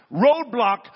Roadblock